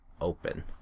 open